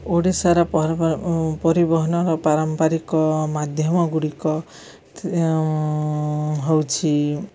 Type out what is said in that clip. ଓଡ଼ିଶାର ପରିବହନର ପାରମ୍ପାରିକ ମାଧ୍ୟମ ଗୁଡ଼ିକ ହଉଛି